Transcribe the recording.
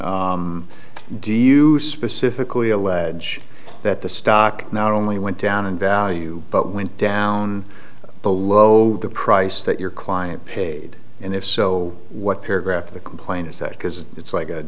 do you specifically allege that the stock not only went down in value but went down below the price that your client paid and if so what paragraph of the complaint is that because it's like a